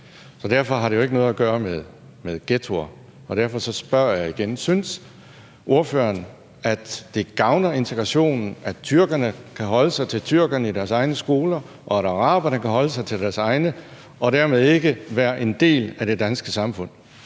Så derfor har det jo ikke noget at gøre med ghettoer, og derfor spørger jeg igen: Synes ordføreren, at det gavner integrationen, at tyrkerne kan holde sig til tyrkerne i deres egne skoler, og at araberne kan holde sig til deres egne og dermed ikke være en del af det danske samfund?